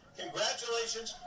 congratulations